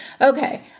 okay